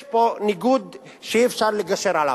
יש פה ניגוד שאי-אפשר לגשר עליו.